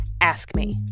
ASKME